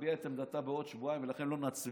תביע את עמדתה בעוד שבועיים, ולכן לא נצביע.